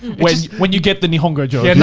when when you get the nigingo joke. and